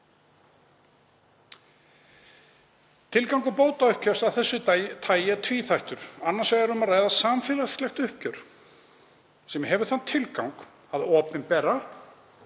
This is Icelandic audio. „Tilgangur bótauppgjörs af þessu tagi er tvíþættur. Annars vegar er um að ræða samfélagslegt uppgjör sem hefur þann tilgang að opinbera